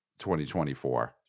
2024